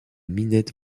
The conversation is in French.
minette